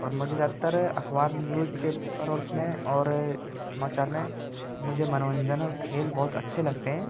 और मुझे ज़्यादातर अखवार में न्यूज पेपर में और समाचार में मुझे मनोरंजन और खेल बहुत अच्छे लगते हैं